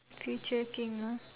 future king ah